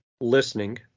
listening